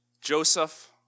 Joseph